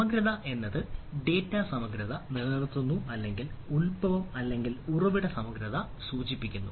സമഗ്രത എന്നത് ഡാറ്റ സമഗ്രത നിലനിർത്തുന്നു അല്ലെങ്കിൽ ഉത്ഭവം അല്ലെങ്കിൽ ഉറവിട സമഗ്രത സൂചിപ്പിക്കുന്നു